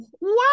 wow